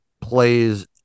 plays